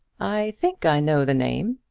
i think i know the name,